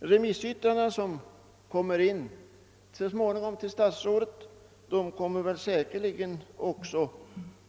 De remissyttranden, som småningom kommer in till statsrådet, kommer säkerligen också